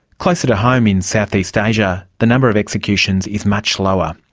closer to home in southeast asia the number of executions is much lower,